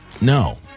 No